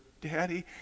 Daddy